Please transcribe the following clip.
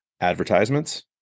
advertisements